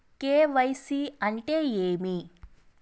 KYC అంటే ఏమి?